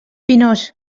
pinós